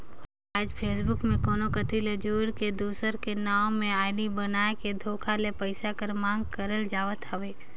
आएज फेसबुक में कोनो कती ले जुइड़ के, दूसर कर नांव में आईडी बनाए के धोखा ले पइसा कर मांग करई जावत हवे